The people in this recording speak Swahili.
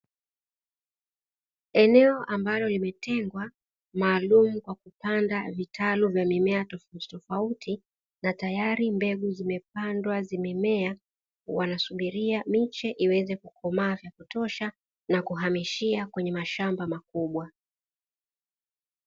Eneo amabalo limetengwa maalumu kwa kupanda vitalu vya mimea tofautitofauti na tayari mbegu zimepandwa zimemea, wanasubiria miche iweze kukomaa vya kutosha na kuhamishia kwenye mashamba makubwa.